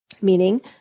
Meaning